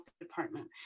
department